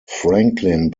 franklin